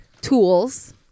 tools